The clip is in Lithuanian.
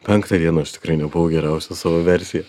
penktą dienas tikrai nebuvau geriausia savo versija